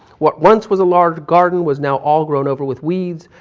what once was a large garden was now all grown over with weeds,